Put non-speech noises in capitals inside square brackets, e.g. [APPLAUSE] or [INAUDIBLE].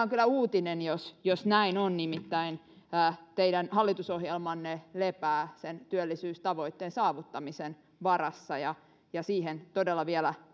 [UNINTELLIGIBLE] on kyllä uutinen jos jos näin on nimittäin teidän hallitusohjelmanne lepää sen työllisyystavoitteen saavuttamisen varassa ja ja siihen todella vielä [UNINTELLIGIBLE]